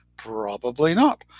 probably not.